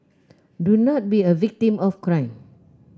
do not be a victim of crime